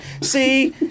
See